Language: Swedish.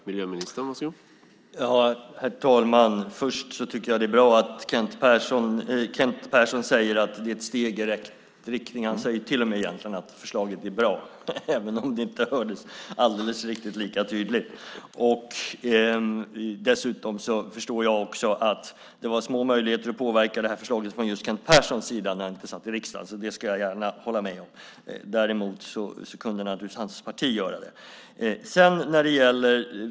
Herr talman! Först vill jag säga att jag tycker att det är bra att Kent Persson säger att det är ett steg i rätt riktning. Han säger till och med egentligen att förslaget är bra, även om det inte hördes alldeles tydligt. Dessutom var det små möjligheter att påverka förslaget från Kent Perssons sida när han inte satt i riksdagen. Det kan jag gärna hålla med om. Däremot kunde naturligtvis hans parti göra det.